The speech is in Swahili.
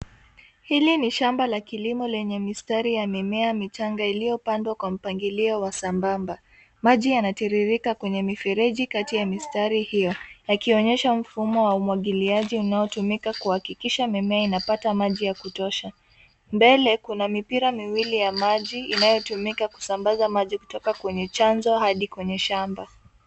Hili ni shamba la kilimo lenye mistari ya mimea michanga iliyopandwa kwa mpangilio wa sambamba . Maji yanatiririka kwenye mifereji kati ya mistari hiyo yakionyesha mfumo wa umwagiliaji unaotumika kuhakikisha mimea inapata maji ya kutosha. Mbele, kuna mipira miwili ya maji inayotumika kusambaza maji kutoka kwenye chanzo hadi kwenye shamba.